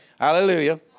Hallelujah